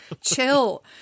chill